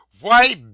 Why